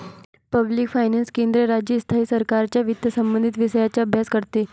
public finance केंद्र, राज्य, स्थायी सरकारांच्या वित्तसंबंधित विषयांचा अभ्यास करते